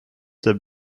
der